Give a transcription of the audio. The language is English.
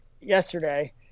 yesterday